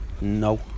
No